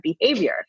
behavior